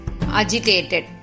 agitated